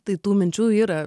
tai tų minčių yra